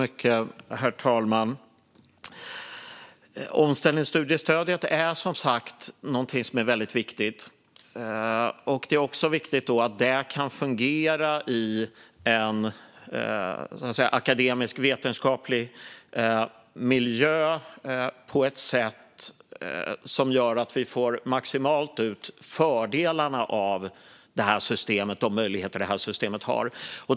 Herr talman! Omställningsstudiestödet är som sagt väldigt viktigt. Det är också viktigt att det kan fungera i en akademisk vetenskaplig miljö på ett sätt som gör att vi får maximala fördelar av de möjligheter systemet ger.